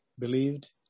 believed